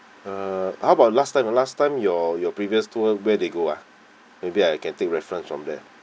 uh how about last time last time your your previous tour where they go ah maybe I can take reference from there